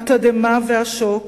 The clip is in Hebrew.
התדהמה והשוק,